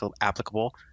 applicable